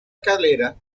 escalera